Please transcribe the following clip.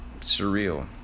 surreal